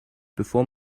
bevor